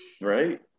Right